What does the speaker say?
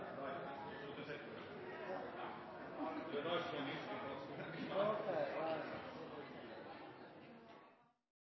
da er det